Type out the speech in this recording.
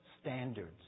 standards